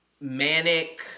manic